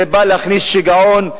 זה בא להכניס שיגעון,